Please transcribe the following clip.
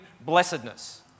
blessedness